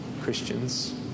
Christians